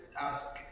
ask